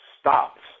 stops